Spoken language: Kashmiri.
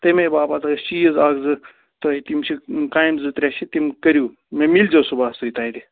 تَمے باپتھ ٲسۍ چیٖز اَکھ زٕ تۄہہِ تِم چھِ کامہِ زٕ ترٛےٚ چھِ تِم کٔرِو مےٚ مِلۍزیو صُبحس تُہۍ تَتہِ